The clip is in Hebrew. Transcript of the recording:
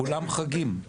כולם חגים.